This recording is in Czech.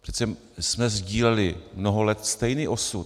Přece jsme sdíleli mnoho let stejný osud.